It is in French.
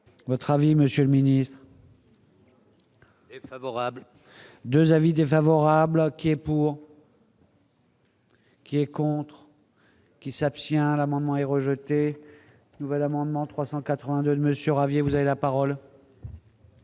Votre avis, Monsieur le Ministre. Favorable 2 avis défavorables à qui est pour. Qui est contre qui s'abstient l'amendement est rejeté, nouvel amendement 382 Monsieur Ravier, vous avez la parole.